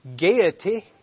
gaiety